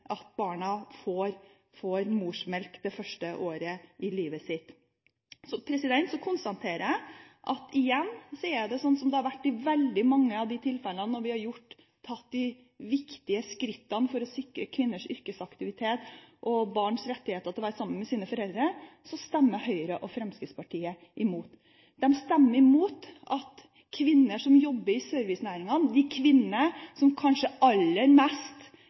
at barna får morsmelk det første året i livet sitt. Så konstaterer jeg at igjen er det sånn som det har vært i veldig mange av de tilfellene når vi har tatt de viktige skrittene for å sikre kvinners yrkesaktivitet og barns rettigheter til å være sammen med sine foreldre, at Høyre og Fremskrittspartiet stemmer imot. De stemmer imot at kvinner som jobber i servicenæringene – de kvinnene som kanskje aller mest